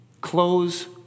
close